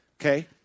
Okay